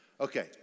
okay